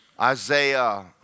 Isaiah